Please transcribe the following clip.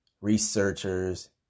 researchers